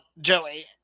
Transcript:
Joey